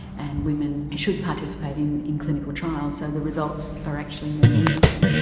and women should participate in in clinical trials so the results are actually more meaningful.